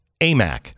AMAC